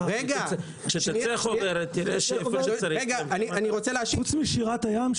כשתצא חוברת תראה שאיפה שצריך --- חוץ משירת הים,